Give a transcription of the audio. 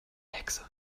hexe